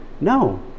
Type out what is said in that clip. no